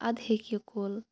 اَدٕ ہیٚکہِ یہِ کُل